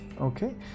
okay